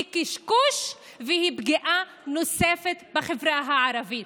קשקוש והיא פגיעה נוספת בחברה הערבית.